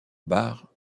barre